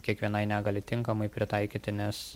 kiekvienai negaliai tinkamai pritaikyti nes